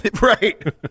Right